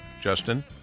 Justin